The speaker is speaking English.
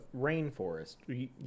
rainforest